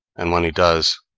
and when he does,